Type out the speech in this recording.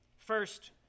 First